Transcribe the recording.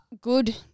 good